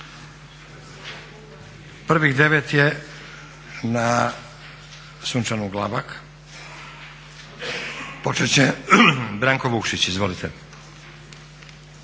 Prvih 9 je na Sunčanu Glavak. Početi će Branko Vukšić, izvolite.